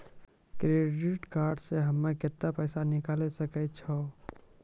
Credit card से हम्मे केतना पैसा निकाले सकै छौ?